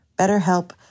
BetterHelp